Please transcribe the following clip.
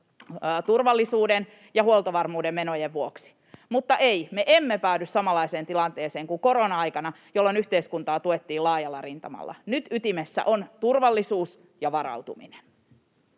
turvallisuuden ja huoltovarmuuden menojen vuoksi. Mutta ei, me emme päädy samanlaiseen tilanteeseen kuin korona-aikana, jolloin yhteiskuntaa tuettiin laajalla rintamalla. Nyt ytimessä on turvallisuus ja varautuminen.